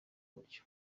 buryo